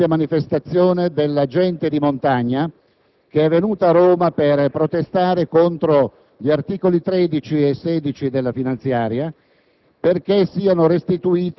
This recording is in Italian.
È in corso una grande manifestazione della gente di montagna, che è venuta a Roma per protestare contro gli articoli 13 e 16 della finanziaria,